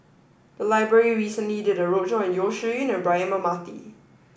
the library recently did a roadshow on Yeo Shih Yun and Braema Mathi